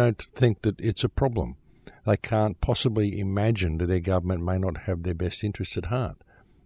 don't think that it's a problem that i can't possibly imagine that a government might not have their best interests at heart